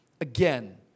again